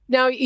Now